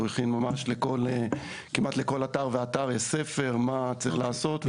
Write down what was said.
הוא הכין ממש כמעט לכל אתר ואתר יש ספר מה צריך לעשות.